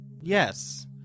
Yes